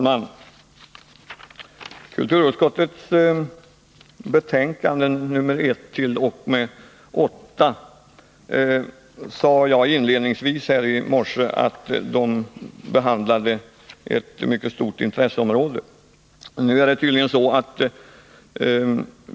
Fru talman! Jag sade i morse inledningsvis att kulturutskottets betänkanden 1-9 berör ett mycket stort intresseområde.